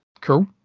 cool